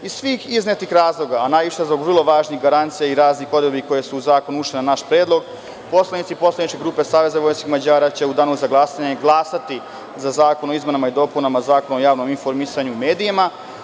Iz svih iznetih razloga, a najviše zbog vrlo važnih garancija i raznih odredbi koje su u zakonu ušle na naš predlog, poslanici poslaničke grupe SVM će u danu za glasanje glasati za zakon o izmenama i dopunama Zakona o javnom informisanju i medijima.